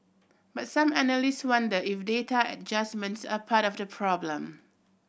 but some analysts wonder if data adjustments are part of the problem